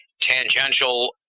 tangential